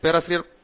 பேராசிரியர் ஜி